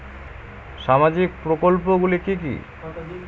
সামাজিক প্রকল্প গুলি কি কি?